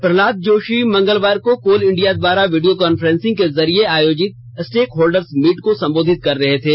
प्रहलाद जोशी मंगलवार को coal India द्वारा वीडियो कॉन्फ्रेंसिंग के जरिए आयोजित स्टेकहोल्डर्स मीट को संबोधित कर रहे थे